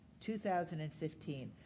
2015